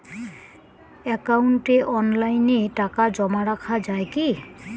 একাউন্টে অনলাইনে টাকা জমা রাখা য়ায় কি?